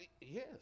Yes